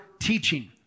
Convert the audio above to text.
teaching